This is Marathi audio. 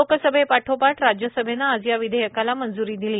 लोकसभे पाठोपाठ राज्यसभेनं आज या विधेयकाला मंज्री दिली